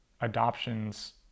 adoptions